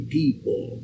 people